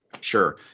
Sure